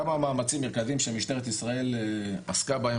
כמה מאמצים מרכזיים שמשטרת ישראל עסקה בהם